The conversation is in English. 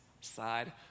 side